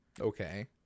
Okay